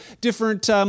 different